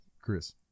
Chris